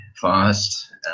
fast